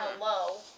Hello